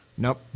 Nope